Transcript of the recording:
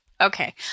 Okay